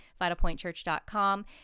vitalpointchurch.com